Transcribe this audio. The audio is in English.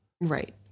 Right